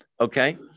okay